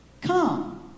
come